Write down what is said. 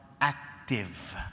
active